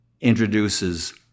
introduces